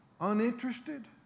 uninterested